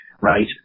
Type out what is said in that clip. right